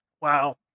Wow